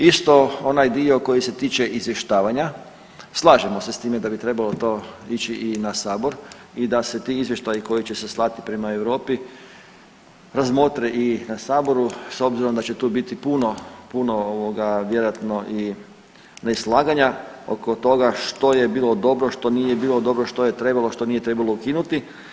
Isto onaj dio koji se tiče izvještavanja, slažemo se s time da bi trebalo to ići i na sabor i da se ti izvještaji koji će se slati prema Europi razmotre i na saboru s obzirom da će tu biti puno, puno ovoga vjerojatno i neslaganja oko toga što je bilo dobro, što nije bilo dobro, što je trebalo, što nije trebalo ukinuti.